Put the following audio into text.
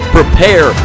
prepare